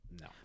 no